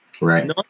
Right